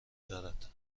دارد